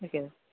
okay